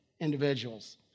individuals